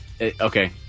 Okay